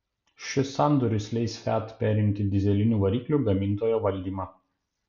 šis sandoris leis fiat perimti dyzelinių variklių gamintojo valdymą